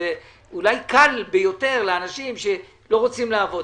אולי זה קל ביותר לאנשים שלא רוצים לעבוד.